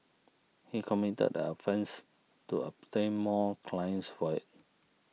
he committed the offences to obtain more clients for it